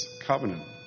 covenant